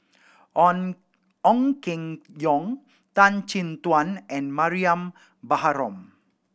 On Ong Keng Yong Tan Chin Tuan and Mariam Baharom